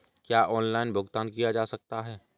क्या ऑनलाइन भुगतान किया जा सकता है?